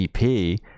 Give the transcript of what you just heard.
ep